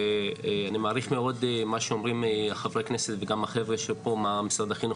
אני מעריך מאוד מה שאומרים ח"כ וגם החבר'ה שפה ממשרד החינוך,